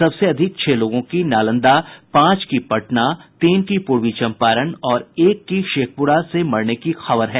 सबसे अधिक छह लोगों की नालंदा पांच की पटना तीन की पूर्वी चम्पारण और एक की शेखपुरा से मरने की खबर है